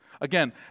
Again